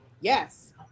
Yes